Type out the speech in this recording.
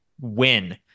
win